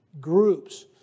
groups